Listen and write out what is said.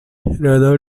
rather